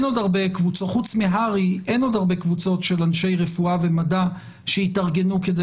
חוץ מהר"י אין עוד הרבה קבוצות של אנשי רפואה ומדע שהתארגנו כדי